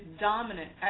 dominant